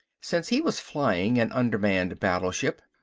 since he was flying an undermanned battleship,